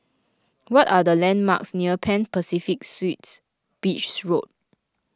what are the landmarks near Pan Pacific Suites Beach Road